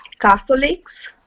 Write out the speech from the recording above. Catholics